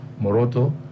Moroto